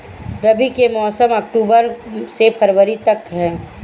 रबी के मौसम अक्टूबर से फ़रवरी तक ह